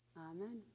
Amen